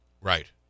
Right